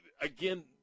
again